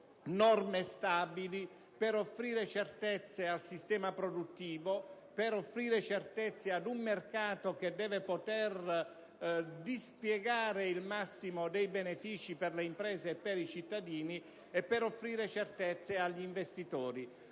norme stabili per offrire certezze al sistema produttivo, ad un mercato che deve poter dispiegare il massimo dei benefici per le imprese e per i cittadini, e agli investitori.